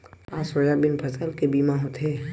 का सोयाबीन फसल के बीमा होथे?